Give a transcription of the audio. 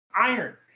iron